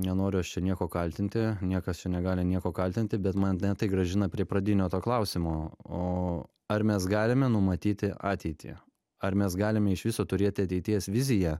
nenoriu aš čia nieko kaltinti niekas čia negali nieko kaltinti bet mane tai grąžina prie pradinio to klausimo o ar mes galime numatyti ateitį ar mes galime iš viso turėti ateities viziją